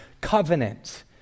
covenant